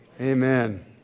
Amen